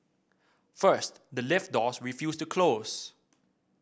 first the lift doors refused to close